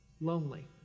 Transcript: lonely